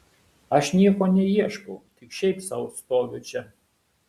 aš nieko neieškau tik šiaip sau stoviu čia